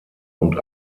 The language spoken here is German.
und